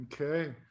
Okay